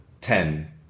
ten